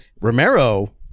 romero